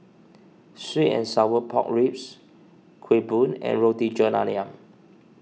Sweet and Sour Pork Ribs Kueh Bom and Roti John Ayam